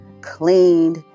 cleaned